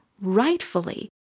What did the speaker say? rightfully